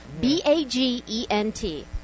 B-A-G-E-N-T